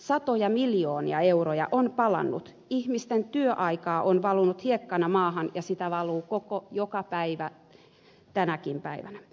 satoja miljoonia euroja on palanut ihmisten työaikaa on valunut hiekkana maahan ja sitä valuu joka päivä tänäkin päivänä